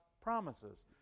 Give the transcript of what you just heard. promises